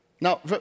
now